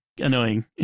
annoying